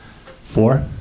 Four